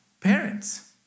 parents